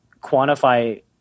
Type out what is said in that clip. quantify